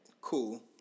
cool